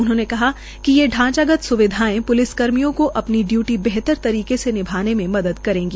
उन्होंने कहा कि ये ढांचागत स्विधाएं प्लिस कर्मियों को अपनी डयूटी बेहतर तरीके से निभाने में मदद करेंगी